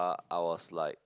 I was like